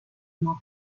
oma